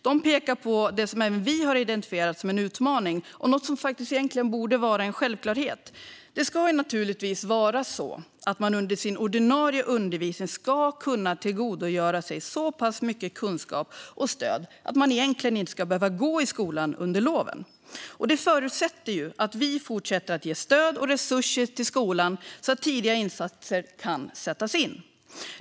De pekar på det som även vi har identifierat som en utmaning och något som egentligen borde vara en självklarhet. Det ska naturligtvis vara så att man under sin ordinarie undervisning ska kunna tillgodogöra sig så pass mycket kunskap och stöd att man egentligen inte ska behöva gå i skolan under loven. Det förutsätter att vi fortsätter att ge stöd och resurser till skolan, så att tidiga insatser kan sättas in.